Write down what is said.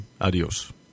adios